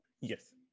Yes